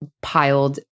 piled